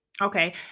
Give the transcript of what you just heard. Okay